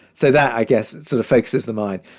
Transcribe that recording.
so that, i guess sort of focuses the mind